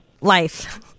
life